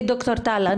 ד"ר טל,